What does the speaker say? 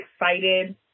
excited